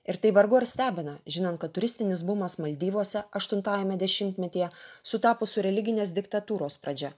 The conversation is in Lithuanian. ir tai vargu ar stebina žinant kad turistinis bumas maldyvuose aštuntajame dešimtmetyje sutapo su religinės diktatūros pradžia